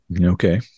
Okay